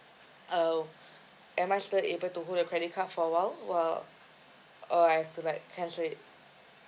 uh am I still able to hold your credit card for a while or I've to like cancel it